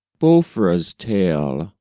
baufra's tale,